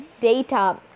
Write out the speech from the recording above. data